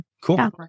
cool